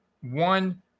one